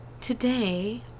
today